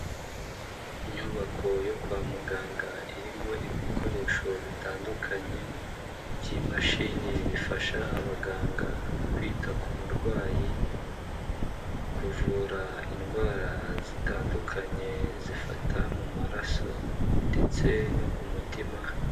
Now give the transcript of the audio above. Inyubako yo kwa muganga irimo ibikoresho bitandukanye by'imashini bifasha abaganga kwita ku murwayi, kuvura indwara zitandukanye zifata mu maraso ndetse no ku mutima.